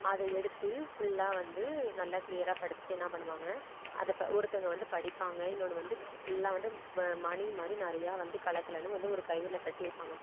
அதை எடுத்து ஃபுல்லாக வந்து நல்லா க்ளியராக படித்துட்டு என்ன பண்ணுவாங்க அதை ஒருத்தங்க வந்து படிப்பாங்க இன்னொன்று வந்து ஃபுல்லாக வந்து மணி மாதிரி நிறையா வந்து கலகலன்னு வந்து ஒரு கயிறில் கட்டியிருப்பாங்க